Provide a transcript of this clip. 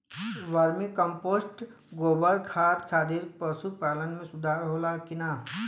Vermi compost गोबर खाद खातिर पशु पालन में सुधार होला कि न?